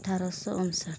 ᱟᱴᱷᱟᱨᱚᱥᱚ ᱩᱱᱩᱥᱟᱴ